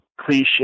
cliche